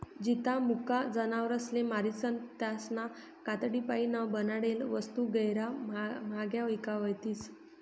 जित्ता मुका जनावरसले मारीसन त्यासना कातडीपाईन बनाडेल वस्तू गैयरा म्हांग्या ईकावतीस